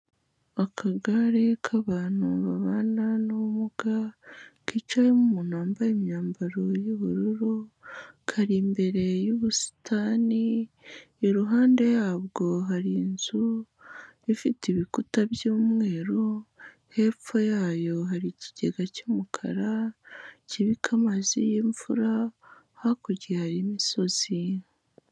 Akagare k'abantu babana n'ubumuga, kicayemo umuntu wambaye imyambaro y'ubururu, kari imbere y'ubusitani, iruhande yabwo hari inzu, ifite ibikuta by'umweru, hepfo yayo hari ikigega cy'umukara kibika amazi y'imvura, hakurya hari imisozi.